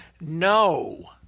No